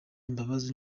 imbabazi